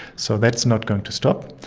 so that's not going to stop.